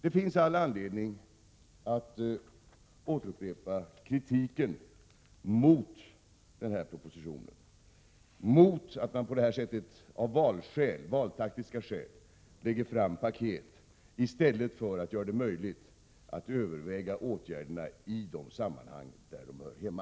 Det finns all anledning att återupprepa kritiken mot denna proposition, mot att man på det här sättet av valtaktiska skäl lägger fram paket i stället för att göra det möjligt att överväga åtgärderna i de sammanhang där de hör hemma.